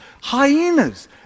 hyenas